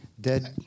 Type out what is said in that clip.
dead